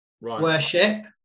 worship